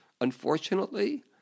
unfortunately